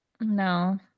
no